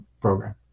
program